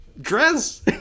dress